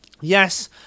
Yes